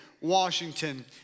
Washington